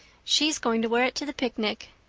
she is going to wear it to the picnic.